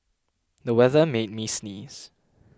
the weather made me sneeze